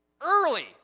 early